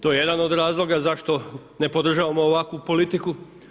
To je jedan od razloga zašto ne podržavamo ovakvu politiku.